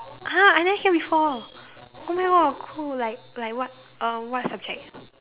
!huh! I never hear before !woah! cool like like what uh what subject